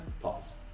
Pause